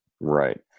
Right